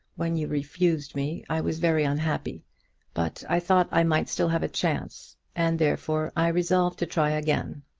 when you refused me i was very unhappy but i thought i might still have a chance, and therefore i resolved to try again.